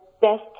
best